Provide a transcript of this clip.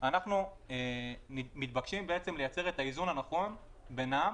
אנחנו מתבקשים לייצר את האיזון הנכון בינם